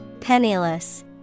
Penniless